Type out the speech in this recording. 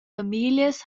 famiglias